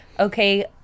Okay